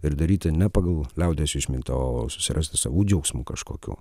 ir daryti ne pagal liaudies išmintį o susirasti savų džiaugsmų kažkokių